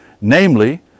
Namely